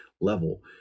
level